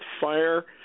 fire